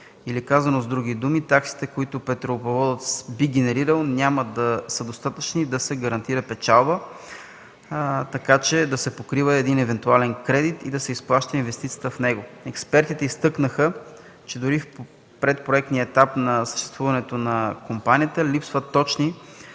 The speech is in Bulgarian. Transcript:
Или казано с други думи, таксите, които петролопроводът би генерирал, няма да са достатъчни да се реализира печалба така, че да се покрива един евентуален кредит и да се изплаща инвестицията в него. Експертите изтъкнаха, че дори в предпроектния етап на съществуването на Международната